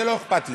זה לא אכפת לי.